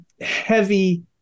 heavy